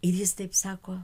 ir jis taip sako